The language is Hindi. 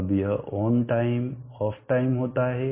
अब यह ऑन टाइम ऑफ टाइम होता है